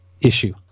issue